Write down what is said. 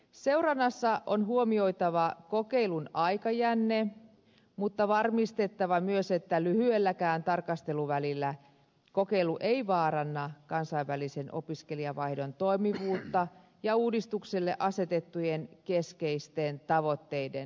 seurannassa on huomioitava kokeilun aikajänne mutta varmistettava myös että lyhyelläkään tarkasteluvälillä kokeilu ei vaaranna kansainvälisen opiskelijavaihdon toimivuutta ja uudistukselle asetettujen keskeisten tavoitteiden saavuttamista